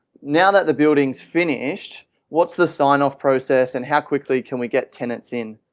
now that the building's finished what's the sign of process and how quickly can we get tenants in?